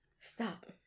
stop